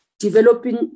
Developing